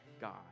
God